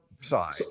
side